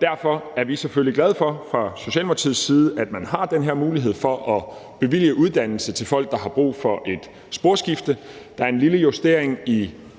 Derfor er vi fra Socialdemokratiets side selvfølgelig glade for, at man har den her mulighed for at bevilge uddannelse til folk, der har brug for et sporskifte. Der er en lille justering i